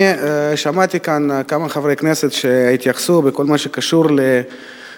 שמעתי כאן כמה חברי כנסת שהתייחסו לכל הקשור למסים.